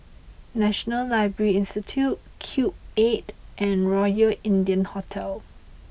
National Library Institute Cube Eight and Royal India Hotel